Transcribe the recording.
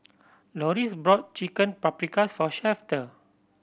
Loris bought Chicken Paprikas for Shafter